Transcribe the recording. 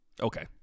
okay